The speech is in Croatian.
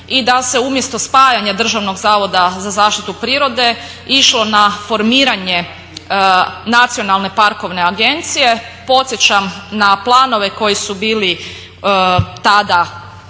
i da se umjesto spajanja Državnog zavoda za zaštitu prirode išlo na formiranje Nacionalne parkovne agencije. Podsjećam na planove koji su bili tada